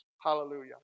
Hallelujah